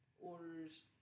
orders